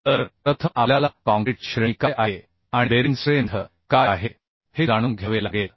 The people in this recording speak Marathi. तर प्रथम आपल्याला काँक्रीटची श्रेणी काय आहे आणि बेरिंग स्ट्रेंथ काय आहे हे जाणून घ्यावे लागेल